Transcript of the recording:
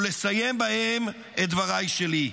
ולסיים בהם את דבריי שלי,